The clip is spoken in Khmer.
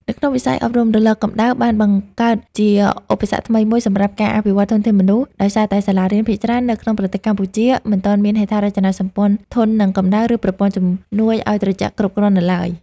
នៅក្នុងវិស័យអប់រំ រលកកម្ដៅបានបង្កើតជាឧបសគ្គថ្មីមួយសម្រាប់ការអភិវឌ្ឍធនធានមនុស្ស ដោយសារតែសាលារៀនភាគច្រើននៅក្នុងប្រទេសកម្ពុជាមិនទាន់មានហេដ្ឋារចនាសម្ព័ន្ធធន់នឹងកម្ដៅ ឬប្រព័ន្ធជំនួយឲ្យត្រជាក់គ្រប់គ្រាន់នៅឡើយ។